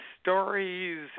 stories